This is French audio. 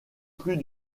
plus